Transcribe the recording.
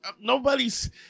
nobody's